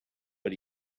but